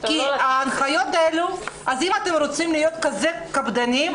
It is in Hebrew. כי אם אתם רוצים להיות כל כך קפדנים,